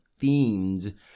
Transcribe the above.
themed